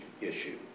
issue